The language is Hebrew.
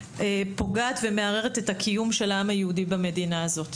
שפוגעת ומערערת את הקיום של העם היהודי במדינה הזאת.